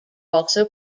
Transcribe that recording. also